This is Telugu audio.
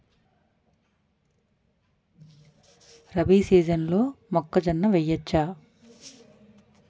రబీ సీజన్లో మొక్కజొన్న వెయ్యచ్చా?